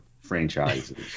franchises